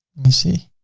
me see.